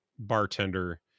bartender